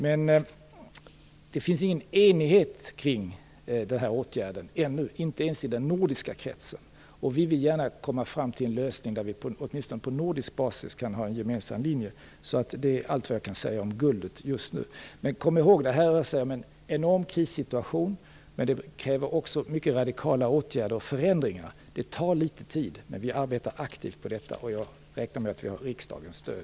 Men det finns ingen enighet kring den här åtgärden ännu, inte ens i den nordiska kretsen. Vi vill gärna komma fram till en lösning där vi åtminstone på nordisk basis kan ha en gemensam linje. Det är allt jag kan säga om guldet just nu. Men kom ihåg att det här rör sig om en enorm krissituation. Den kräver också mycket radikala åtgärder och förändringar. Det tar litet tid, men vi arbetar aktivt på detta. Jag räknar med att vi har riksdagens stöd.